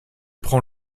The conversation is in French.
prend